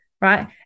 Right